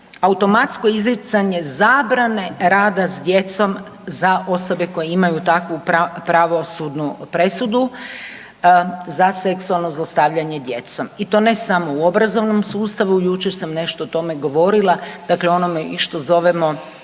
automatsko izricanje zabrane rada s djecom za osobe koje imaju takvu pravosudnu presudu za seksualno zlostavljanje djecom. I to ne samo u obrazovnom sustavu, jučer sam nešto o tome govorila, dakle onome i što zovemo